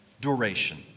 duration